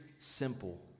simple